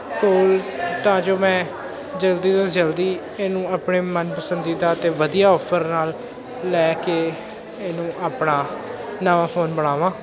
ਕੋਲ ਤਾਂ ਜੋ ਮੈਂ ਜਲਦੀ ਤੋਂ ਜਲਦੀ ਇਹਨੂੰ ਆਪਣੇ ਮਨ ਪਸੰਦੀਦਾ ਅਤੇ ਵਧੀਆ ਔਫਰ ਨਾਲ ਲੈ ਕੇ ਇਹਨੂੰ ਆਪਣਾ ਨਵਾਂ ਫੋਨ ਬਣਾਵਾਂ